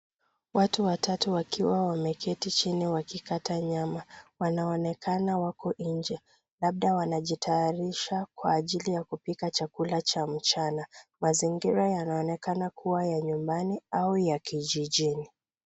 Watu watatu wakiwa wameketi chini wakikata nyama, wanaonekana wako nje, labda wanajitayarisha kwa ajili ya kupika chakula cha mchana. Mazingira yanaonekana kuwa ya nyumbani au ya kijijini.